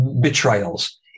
betrayals